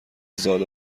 زاد